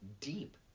deep